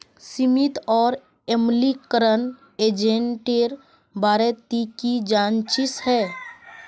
सीमित और अम्लीकरण एजेंटेर बारे ती की जानछीस हैय